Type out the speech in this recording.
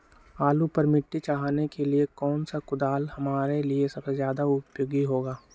आलू पर मिट्टी चढ़ाने के लिए कौन सा कुदाल हमारे लिए ज्यादा उपयोगी होगा?